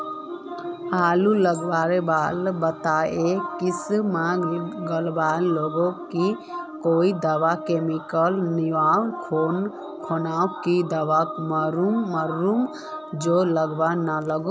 आलू लगवार बात ए किसम गलवा लागे की कोई दावा कमेर नि ओ खुना की दावा मारूम जे गलवा ना लागे?